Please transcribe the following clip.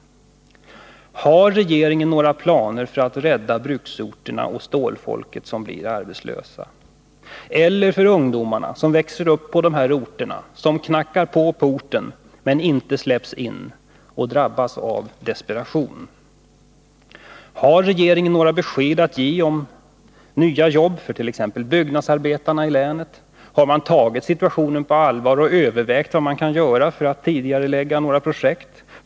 Har regeringen några planer för att rädda bruksorterna och stålfolket som blir arbetslöst eller några planer för de ungdomar som växer upp på dessa orter och som knackar på porten, men inte släpps in och som drabbas av desperation? Har regeringen några besked att ge om nya jobb för t.ex. byggnadsarbetarna i länet? Har man tagit situationen på allvar och övervägt vad man kan göra för att tidigarelägga några projekt?